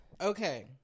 Okay